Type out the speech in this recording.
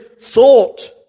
thought